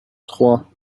trois